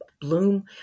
bloom